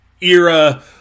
era